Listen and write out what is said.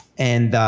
and,